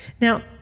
Now